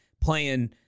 playing